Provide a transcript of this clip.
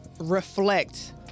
reflect